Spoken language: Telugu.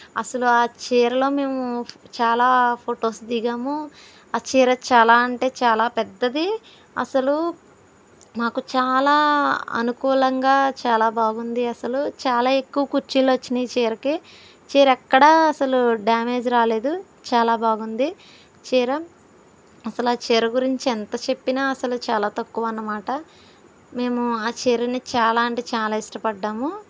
అసలు ఆ చీరలో మేము చాలా ఫొటోస్ దిగాము ఆ చీర చాలా అంటే చాలా పెద్దది అసలు మాకు చాలా అనుకూలంగా చాలా బాగుంది అసలు చాలా ఎక్కువ కుచ్చిళ్ళు వచ్చినాయి చీరకి చీర ఎక్కడా అసలు డ్యామేజ్ రాలేదు చాలా బాగుంది చీర అసలు ఆ చీర గురించి ఎంత చెప్పినా అసలు చాలా తక్కువ అనమాట మేము ఆ చీరని చాలా అంటే చాలా ఇష్టపడ్డాము